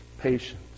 patience